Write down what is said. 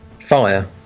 Fire